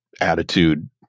attitude